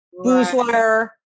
Boozler